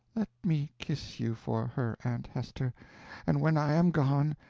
let me kiss you for her, aunt hester and when i am gone,